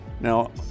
Now